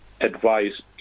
advice